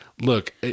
look